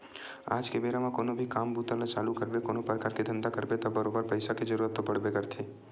आज के बेरा म कोनो भी काम बूता ल चालू करबे कोनो परकार के धंधा करबे त बरोबर पइसा के जरुरत तो पड़बे करथे